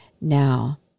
now